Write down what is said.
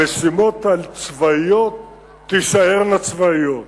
המשימות הצבאיות תישארנה צבאיות.